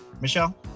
Michelle